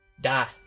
die